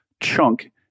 chunk